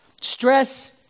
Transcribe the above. Stress